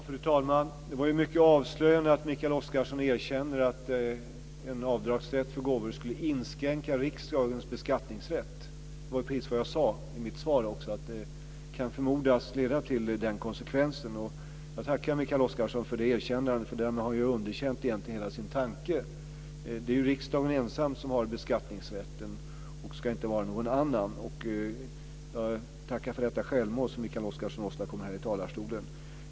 Fru talman! Det var mycket avslöjande att Mikael Oscarsson erkände att en avdragsrätt för gåvor skulle inskränka riksdagens beskattningsrätt. Det var precis vad jag sade i mitt svar, att det kan förmodas leda till den konsekvensen. Jag tackar Mikael Oscarsson för det erkännandet; därmed har han underkänt hela sin tanke. Det är riksdagen ensam som har beskattningsrätten, och det ska inte vara någon annan. Jag tackar för detta självmål som Mikael Oscarsson åstadkom här i talarstolen.